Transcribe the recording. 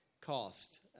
cost